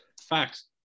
Facts